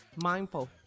Mindful